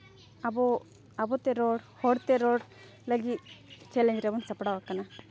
ᱟᱵᱚ ᱟᱵᱚᱛᱮ ᱨᱚᱲ ᱦᱚᱲ ᱛᱮ ᱨᱚᱲ ᱞᱟᱹᱜᱤᱫ ᱪᱮᱞᱮᱧᱡᱽ ᱨᱮᱵᱚᱱ ᱥᱟᱯᱲᱟᱣ ᱟᱠᱟᱱᱟ